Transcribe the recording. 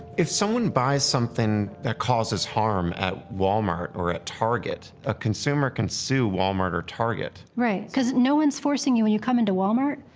if someone buys something that causes harm at walmart or at target, a consumer can sue walmart or target. right, cause no one's forcing you, when you come into walmart,